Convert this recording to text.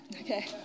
okay